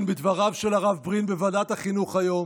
כן, בדבריו של הרב ברין בוועדת החינוך היום